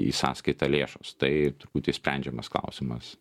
į sąskaitą lėšos tai turbūt sprendžiamas klausimas